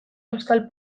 euskal